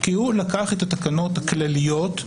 כי הוא לקח את התקנות הכלליות,